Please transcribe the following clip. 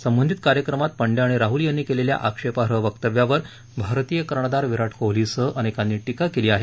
संबंधित कार्यक्रमात पंड्या आणि राहूल यांनी केलेल्या आक्षेपार्ह वक्तव्यावर भारतीय कर्णधार विराट कोहलीसह अनेकांनी टीका केली आहे